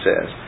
says